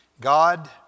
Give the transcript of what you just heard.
God